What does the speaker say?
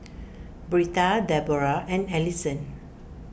Britta Deborrah and Alison